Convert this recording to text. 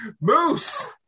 Moose